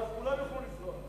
ואז כולם יוכלו לנסוע.